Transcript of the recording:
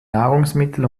nahrungsmittel